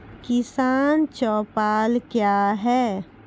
किसान चौपाल क्या हैं?